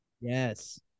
Yes